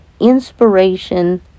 inspiration